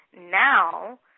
Now